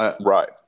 Right